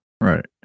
Right